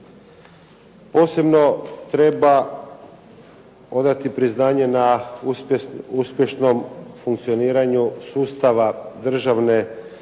Posebno treba odati priznanje na uspješnom funkcioniranju sustava državne